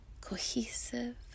cohesive